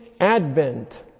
Advent